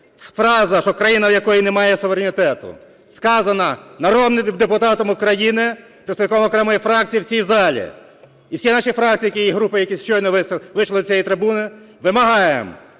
Фраза, що країна, у якої немає суверенітету, сказана народним депутатом України, представником окремої фракції в цій залі. І всі наші фракції і групи, які щойно вийшли до цієї трибуни, вимагаємо